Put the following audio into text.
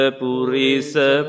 purisa